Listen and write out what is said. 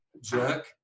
Jack